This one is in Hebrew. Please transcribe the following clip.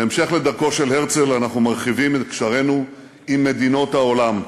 בהמשך לדרכו של הרצל אנחנו מרחיבים את קשרינו עם מדינות העולם.